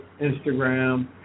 Instagram